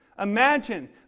imagine